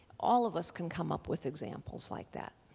all of us can come up with examples like that.